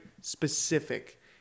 specific